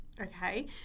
Okay